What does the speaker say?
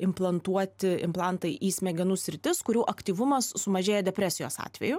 implantuoti implantai į smegenų sritis kurių aktyvumas sumažėja depresijos atveju